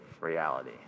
reality